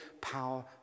power